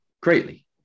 greatly